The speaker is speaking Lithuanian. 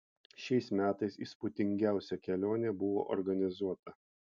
šiais metais įspūdingiausia kelionė buvo organizuota